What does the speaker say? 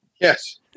Yes